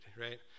right